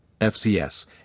FCS